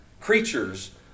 creatures